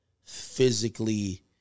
physically